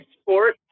sport